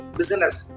business